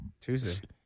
Tuesday